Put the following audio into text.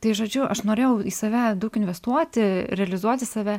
tai žodžiu aš norėjau į save daug investuoti realizuoti save